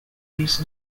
use